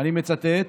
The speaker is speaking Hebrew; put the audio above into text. אני מצטט: